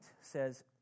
says